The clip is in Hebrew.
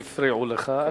בגלל שהפריעו לך,